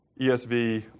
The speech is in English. ESV